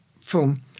film